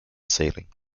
sailing